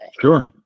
Sure